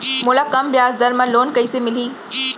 मोला कम ब्याजदर में लोन कइसे मिलही?